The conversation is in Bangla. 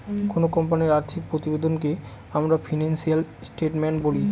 কোনো কোম্পানির আর্থিক প্রতিবেদনকে আমরা ফিনান্সিয়াল স্টেটমেন্ট বলি